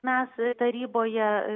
mes taryboje